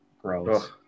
gross